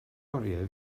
oriau